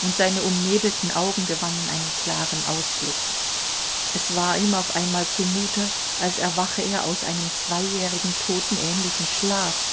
und seine umnebelten augen gewannen einen klaren ausblick es war ihm auf einmal zumute als erwache er aus einem zweijährigen totenähnlichen schlaf